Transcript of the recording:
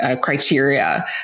Criteria